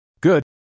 Good